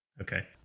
Okay